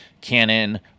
Canon